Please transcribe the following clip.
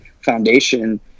foundation